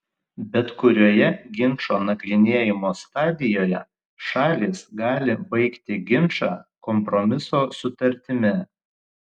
bet kurioje ginčo nagrinėjimo stadijoje šalys gali baigti ginčą kompromiso sutartimi